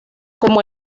como